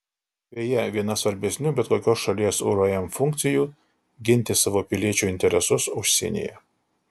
beje viena svarbesnių bet kokios šalies urm funkcijų ginti savo piliečių interesus užsienyje